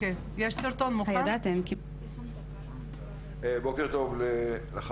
בזמן שמסדרים את הסרטון אני יכולה להגיד שגם היום אני פונה לכל השרים,